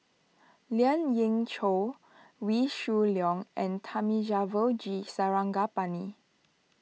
Lien Ying Chow Wee Shoo Leong and Thamizhavel G Sarangapani